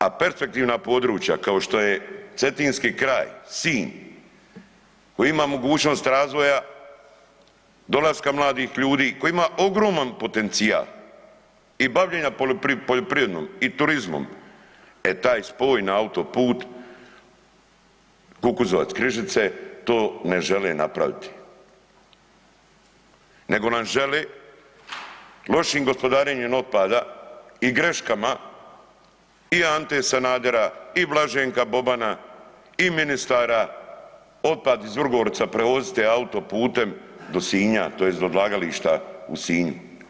A perspektivna područja kao što je cetinski kraj, Sinj, koji ima mogućnost razvoja, dolaska mladih ljudi, koji ima ogroman potencijal i bavljenja poljoprivredom i turizmom, e taj spoj na autoput Kukuzovac-Križice, to ne žele napraviti nego nam žele lošim gospodarenjem otpada i greškama i Ante Sanadera i Blaženka Bobana i ministara otpad iz Vrgorca prevoziti autoputem do Sinja tj. do odlagališta u Sinju.